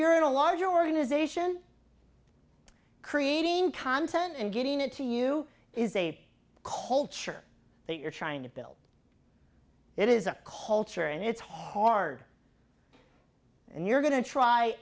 you're a larger organization creating content and getting it to you is a culture that you're trying to build it is a culture and it's hard and you're going to try